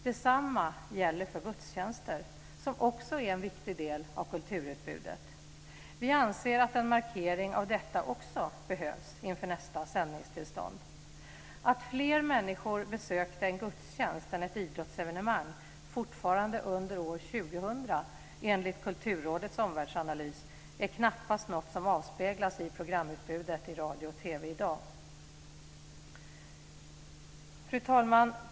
Detsamma gäller för gudstjänster som också är en viktig del av kulturutbudet. Vi anser att en markering av detta också behövs inför nästa sändingstillstånd. Att fler människor besökte en gudstjänst än ett idrottsevenemang under 2000, enligt Kulturrådets omvärldsanalys, är knappast något som avspeglas i programutbudet i radio och TV i dag. Fru talman!